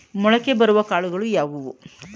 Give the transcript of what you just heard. ಮೊಳಕೆ ಬರುವ ಕಾಳುಗಳು ಯಾವುವು?